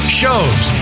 shows